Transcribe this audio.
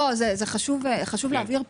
לא זה חשוב להבהיר פה,